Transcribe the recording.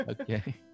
Okay